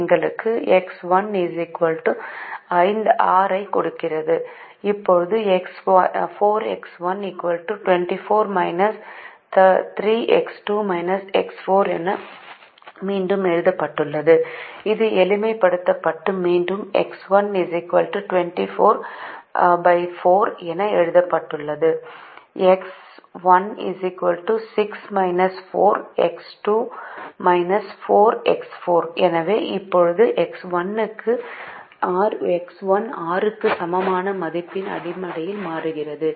எங்களுக்கு X1 6 ஐக் கொடுத்தது இப்போது 4X1 24 3X2 X4 என மீண்டும் எழுதப்பட்டுள்ளது இது எளிமைப்படுத்தப்பட்டு மீண்டும் X1 244 என எழுதப்பட்டுள்ளது X16−4 X2−4 X4 எனவே இப்போது X1 6 க்கு சமமான மதிப்புடன் அடிப்படை மாறியாகிறது